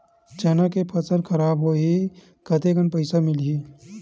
चना के फसल खराब होही कतेकन पईसा मिलही?